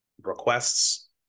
requests